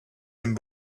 den